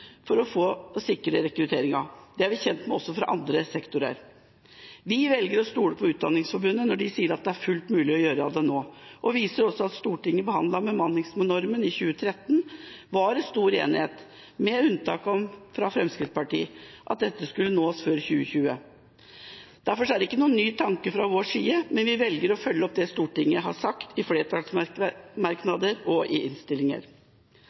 for å sikre rekrutteringa. Det er vi kjent med også fra andre sektorer. Vi velger å stole på Utdanningsforbundet når de sier at det er fullt mulig å gjøre det nå, og vi viser også til at da Stortinget behandlet bemanningsnormen i 2013, var det stor enighet – med unntak av Fremskrittspartiet – om at dette skulle nås før 2020. Derfor er ikke dette noen ny tanke fra vår side; vi velger å følge opp det Stortinget har sagt i flertallsmerknader og i innstillinger.